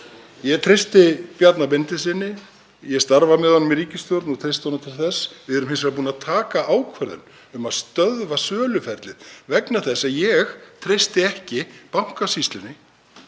Ég treysti Bjarna Benediktssyni. Ég starfa með honum í ríkisstjórn og treysti honum til þess. Við erum hins vegar búin að taka ákvörðun um að stöðva söluferlið vegna þess að ég treysti ekki Bankasýslunni,